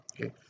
okay